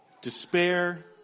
Despair